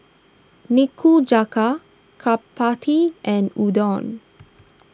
Nikujaga Chapati and Udon